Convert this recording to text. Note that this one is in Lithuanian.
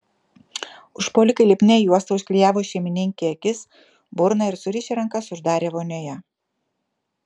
užpuolikai lipnia juosta užklijavo šeimininkei akis burną ir surišę rankas uždarė vonioje